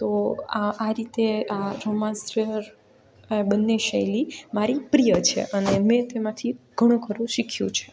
તો આ આ રીતે આ રોમાન્સ થ્રિલર આ બંને શૈલી મારી પ્રિય છે અને મેં તેમાથી ઘણું ખરું શીખ્યું છે